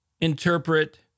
interpret